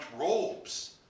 robes